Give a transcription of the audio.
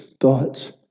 thoughts